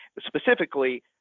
specifically